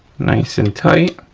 nice and tight,